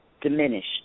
diminished